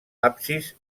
absis